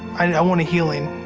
i want a healing.